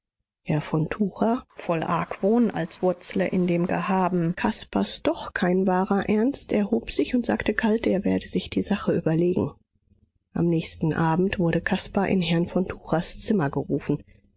herr von tucher voll argwohn als wurzle in dem gehaben caspars doch kein wahrer ernst erhob sich und sagte kalt er werde sich die sache überlegen am nächsten abend wurde caspar in herrn von tuchers zimmer gerufen